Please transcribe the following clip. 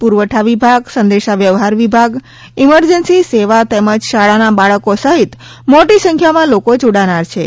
પુરવઠા વિભાગ સંદેશાવ્યવહાર વિભાગ ઇમરજન્સી સેવા તેમજ શાળાના બાળકો સહીત મોટી સંખ્યામાં લોકો જોડાનારછે